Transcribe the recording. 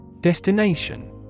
Destination